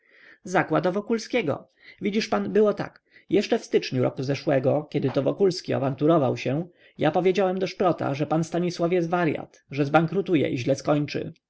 o wokulskiego widzisz pan było tak jeszcze w styczniu roku zeszłego kiedy to wokulski awanturował się ja powiedziałem do szprota że pan stanisław jest waryat że zbankrutuje i źle skończy